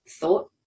thought